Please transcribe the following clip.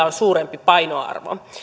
on suurempi painoarvo